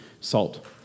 salt